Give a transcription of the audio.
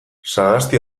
sagasti